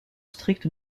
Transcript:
strict